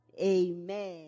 Amen